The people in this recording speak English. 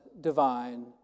divine